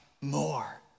more